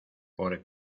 por